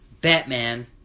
Batman